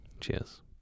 Cheers